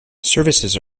services